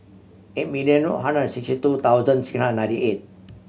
eight million one hundred sixty two thousand six hundred ninety eight